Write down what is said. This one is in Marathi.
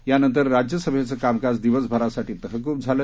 यानंतर राज्यसभेचं कामकाज दिवसभरासाठी तहकूब झालं